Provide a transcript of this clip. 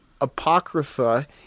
Apocrypha